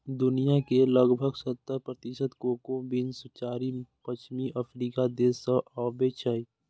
दुनिया के लगभग सत्तर प्रतिशत कोको बीन्स चारि पश्चिमी अफ्रीकी देश सं आबै छै